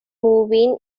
moving